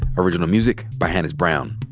original music by hannis brown.